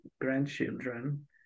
grandchildren